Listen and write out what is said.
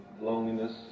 loneliness